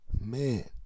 Man